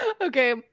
Okay